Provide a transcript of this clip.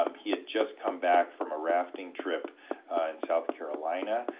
um he had just come back from a rafting trip in south carolina.